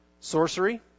sorcery